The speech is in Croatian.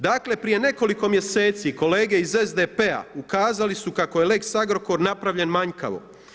Dakle, prije nekoliko mjeseci kolege iz SDP-a ukazali su kako je lex Agrokor napravljen manjkavo.